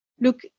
look